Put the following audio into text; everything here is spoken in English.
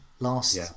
last